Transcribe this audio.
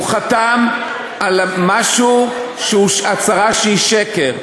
הוא חתם על משהו שהוא הצהרה שהיא שקר,